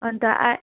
अन्त आ